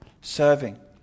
Serving